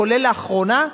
כולל לאחרונה,